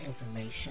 information